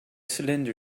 cylinder